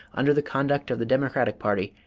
under the conduct of the democratic party,